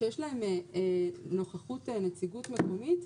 שיש להן נוכחות, נציגות מקומית,